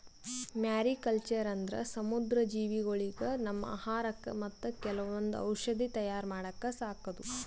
mariculture ಅಂದ್ರ ಸಮುದ್ರ ಜೀವಿಗೊಳಿಗ್ ನಮ್ಮ್ ಆಹಾರಕ್ಕಾ ಮತ್ತ್ ಕೆಲವೊಂದ್ ಔಷಧಿ ತಯಾರ್ ಮಾಡಕ್ಕ ಸಾಕದು